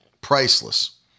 priceless